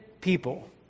people